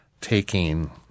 taking